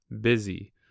busy